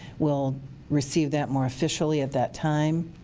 we'll receive that more officially at that time.